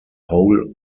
whole